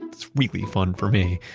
it's really fun for me.